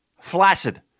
Flaccid